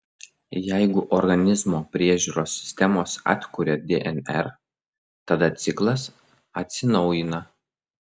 jeigu organizmo priežiūros sistemos atkuria dnr tada ciklas atsinaujina